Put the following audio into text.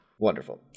wonderful